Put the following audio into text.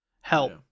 help